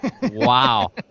Wow